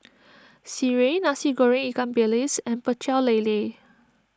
Sireh Nasi Goreng Ikan Bilis and Pecel Lele